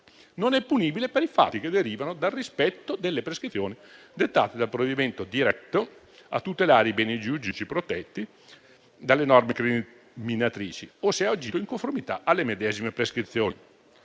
non è punibile per i fatti che derivano dal rispetto delle prescrizioni dettate dal provvedimento diretto a tutelare i beni giuridici protetti dalle norme incriminatrici o se ha agito in conformità alle medesime prescrizioni.